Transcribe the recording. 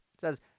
says